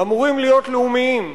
אמורים להיות לאומיים.